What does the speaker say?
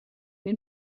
den